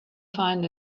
find